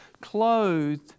clothed